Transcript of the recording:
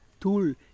tool